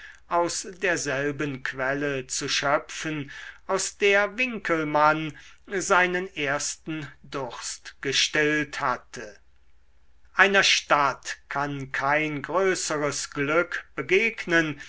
aus derselben quelle zu schöpfen aus der winckelmann seinen ersten durst gestillt hatte einer stadt kann kein größeres glück begegnen